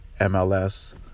MLS